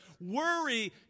Worry